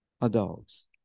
adults